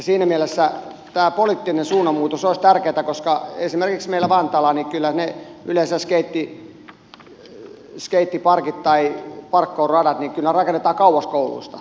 siinä mielessä tämä poliittinen suunnanmuutos olisi tärkeä että esimerkiksi meillä vantaalla kyllä ne skeittiparkit tai parkour radat yleensä rakennetaan kauas kouluista